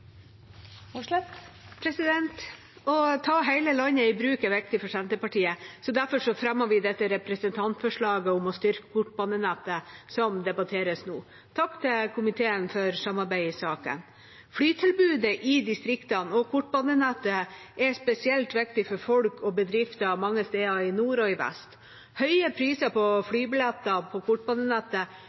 viktig for Senterpartiet. Derfor fremmer vi dette representantforslaget om å styrke kortbanenettet, som debatteres nå. Takk til komiteen for samarbeidet i saken. Flytilbudet i distriktene og kortbanenettet er spesielt viktig for folk og bedrifter mange steder i nord og i vest. Høye priser på flybilletter på kortbanenettet